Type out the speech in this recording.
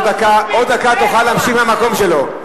עוד דקה תוכל להמשיך מהמקום שלו.